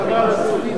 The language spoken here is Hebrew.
מה קרה לסוס?